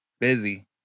busy